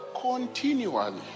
continually